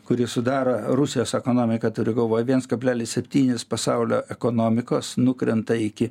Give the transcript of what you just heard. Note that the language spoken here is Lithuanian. kuri sudaro rusijos ekonomika turiu galvoj viens kablelis septynis pasaulio ekonomikos nukrenta iki